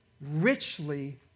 richly